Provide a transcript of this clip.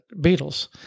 Beatles